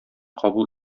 кабул